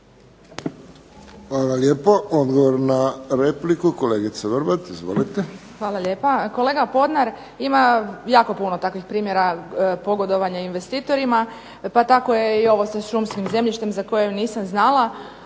Hvala lijepo. Odgovor na repliku, kolegica Vrbat. Izvolite. **Vrbat Grgić, Tanja (SDP)** Hvala lijepa. Kolega Podnar, ima jako puno …/Ne razumije se./… primjera pogodovanje investitorima, pa tako je i ovo sa šumskim zemljištem za koje nisam znala,